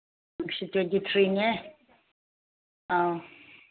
ꯉꯁꯤ ꯇ꯭ꯋꯦꯟꯇꯤ ꯊ꯭ꯔꯤꯅꯦ ꯑꯧ